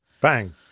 Bang